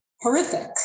horrific